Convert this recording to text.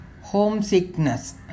homesickness